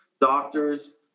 doctors